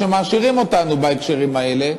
שמעשירים אותנו בהקשרים האלה,